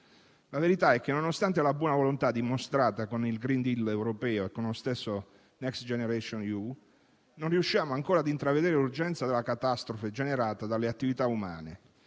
La verità è che, nonostante la buona volontà dimostrata con il *green deal* europeo e con lo stesso Next generation EU, non riusciamo ancora a intravedere l'urgenza della catastrofe generata dalle attività umane.